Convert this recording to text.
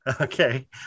okay